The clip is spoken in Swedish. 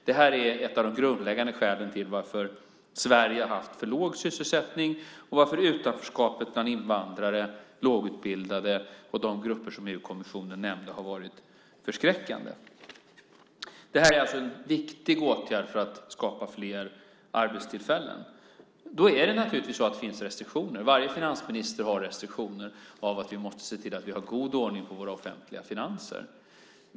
Detta är ett av de grundläggande skälen till att Sverige har haft för låg sysselsättning och till att utanförskapet bland invandrare, lågutbildade och de grupper som EU-kommissionen nämnde har varit förskräckande. Detta är alltså en viktig åtgärd för att skapa fler arbetstillfällen. Det finns naturligtvis restriktioner. Varje finansminister har restriktioner i form av att vi måste se till att ha god ordning på våra offentliga finanser.